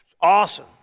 Awesome